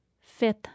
Fifth